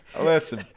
Listen